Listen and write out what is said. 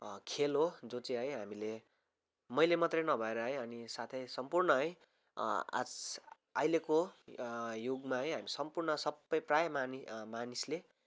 खेल हो जो चाहिँ है हामीले मैले मात्रै नभएर है अनि साथै सम्पूर्ण है आज अहिलेको युगमा है हामी सम्पूर्ण सबै प्रायः मानिस मानिसले